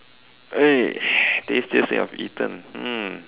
eh tastiest that you have eaten hmm